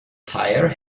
tyre